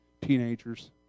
teenagers